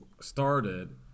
started